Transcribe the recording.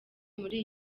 muri